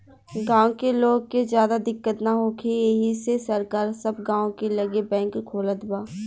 गाँव के लोग के ज्यादा दिक्कत ना होखे एही से सरकार सब गाँव के लगे बैंक खोलत बा